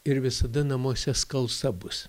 ir visada namuose skalsa bus